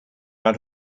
out